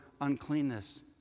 uncleanness